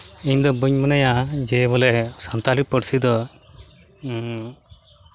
ᱤᱧᱫᱚ ᱵᱟᱹᱧ ᱢᱚᱱᱮᱭᱟ ᱡᱮ ᱵᱚᱞᱮ ᱥᱟᱱᱛᱟᱲᱤ ᱯᱟᱹᱨᱥᱤ ᱫᱚ